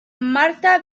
marta